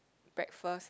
breakfast